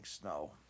snow